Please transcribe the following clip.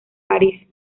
parís